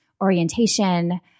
orientation